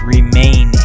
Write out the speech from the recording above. Remain